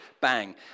Bang